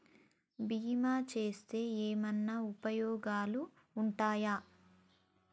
బీమా చేస్తే ఏమన్నా ఉపయోగాలు ఉంటయా?